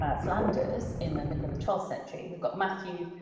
ah flanders in the middle of the twelfth century we've got matthew,